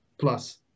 Plus